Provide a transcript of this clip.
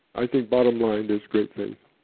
i think bottom line is great faith